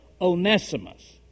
Onesimus